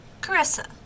Carissa